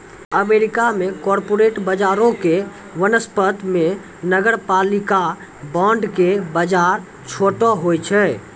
America मे corporate बजारो के वनिस्पत मे नगरपालिका बांड के बजार छोटो होय छै